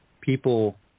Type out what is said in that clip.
People